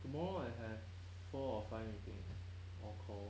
tomorrow I have four or five meetings all core